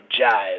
Jive